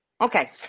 Okay